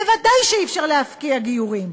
בוודאי שאי-אפשר להפקיע גיורים.